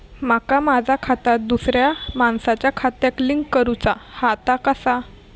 माका माझा खाता दुसऱ्या मानसाच्या खात्याक लिंक करूचा हा ता कसा?